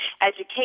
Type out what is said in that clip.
education